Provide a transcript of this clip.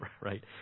right